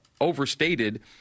overstated